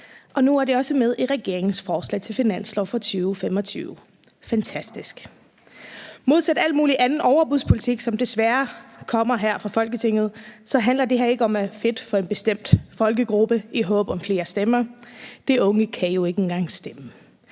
og nu er det også med i regeringens forslag til finanslov for 2025. Det er fantastisk. Modsat al mulig overbudspolitik, som desværre kommer her fra Folketinget, handler det her ikke om at fedte for en bestemt folkegruppe i håb om flere stemmer. De unge kan jo ikke engang stemme.